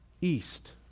East